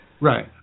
Right